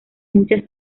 muchas